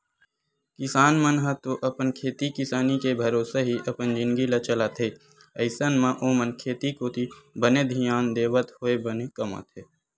किसान मन ह तो अपन खेती किसानी के भरोसा ही अपन जिनगी ल चलाथे अइसन म ओमन खेती कोती बने धियान देवत होय बने कमाथे